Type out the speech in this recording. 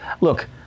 Look